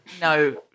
no